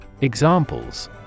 Examples